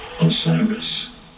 Osiris